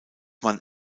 man